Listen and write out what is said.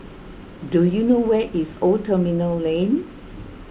do you know where is Old Terminal Lane